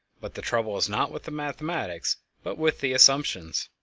but the trouble is not with the mathematics but with the assumptions.